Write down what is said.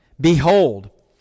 Behold